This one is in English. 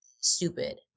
stupid